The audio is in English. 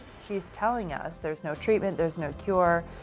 shes telling us, theres no treatment. theres no cure.